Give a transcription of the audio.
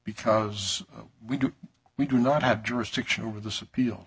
because we do we do not have jurisdiction over this appeal